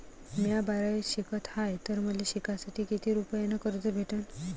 म्या बारावीत शिकत हाय तर मले शिकासाठी किती रुपयान कर्ज भेटन?